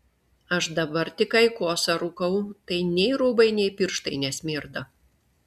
aš dabar tik aikosą rūkau tai nei rūbai nei pirštai nesmirda